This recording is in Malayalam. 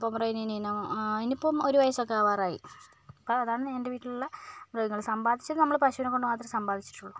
പൊമറേനിയൻ ഇനം അതിനിപ്പം ഒരു വയസ്സൊക്കെ ആകാറായി അപ്പം അതാണ് എൻ്റെ വീട്ടിലുള്ള മൃഗങ്ങൾ സമ്പാദിച്ചത് നമ്മൾ പശുവിനെക്കൊണ്ട് മാത്രമേ സമ്പാദിച്ചിട്ടുള്ളു